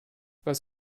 was